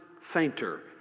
fainter